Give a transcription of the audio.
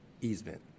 easement